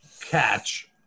catch